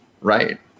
Right